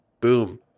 Boom